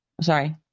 sorry